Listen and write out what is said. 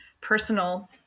personal